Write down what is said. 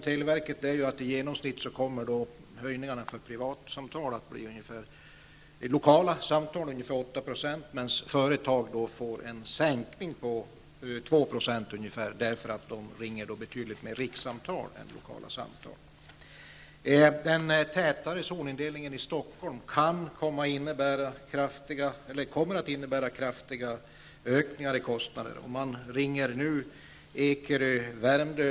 Televerket har uppgivit att höjningarna för lokala samtal i genomsnitt kommer att bli ungefär 8 %, medan företagen får en sänkning på ungefär 2 %, eftersom man på företagen ringer betydligt fler rikssamtal än lokala samtal. Den tätare zonindelningen i Stockholm kommer att innebära kraftiga kostnadsökningar. Nu kostar det Ekerö eller Värmdö.